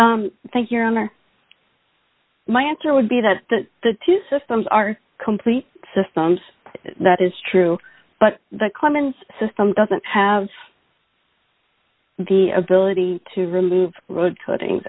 art thank your honor my answer would be that the two systems are complete systems that is true but the common system doesn't have the ability to remove road cutting